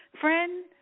friend